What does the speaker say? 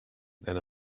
than